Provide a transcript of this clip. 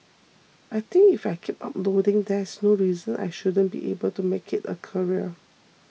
I think if I keep uploading there's no reason I shouldn't be able to make it a career